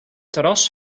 terras